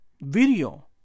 video